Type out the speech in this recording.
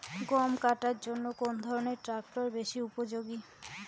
গম কাটার জন্য কোন ধরণের ট্রাক্টর বেশি উপযোগী?